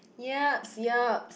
yeap yeap